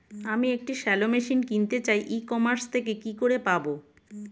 আমি একটি shallow machine কিনতে চাই ই কমার্স থেকে কি করে পাবো?